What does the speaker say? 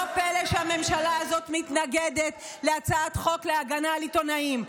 צריך להגיד: לא פלא שהממשלה הזו מתנגדת להצעת חוק להגנה על עיתונאים.